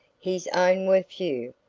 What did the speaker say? his own were few,